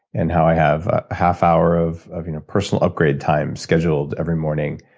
and how i have a half hour of of you know personal upgrade time scheduled every morning,